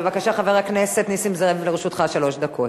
בבקשה, חבר הכנסת נסים זאב, לרשותך שלוש דקות.